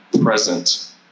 present